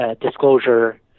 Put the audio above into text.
disclosure